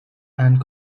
and